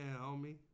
homie